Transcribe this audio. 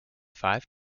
five